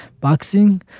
boxing